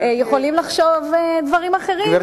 יכולים לחשוב דברים אחרים,